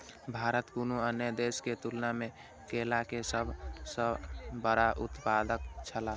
भारत कुनू अन्य देश के तुलना में केला के सब सॉ बड़ा उत्पादक छला